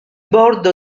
bordo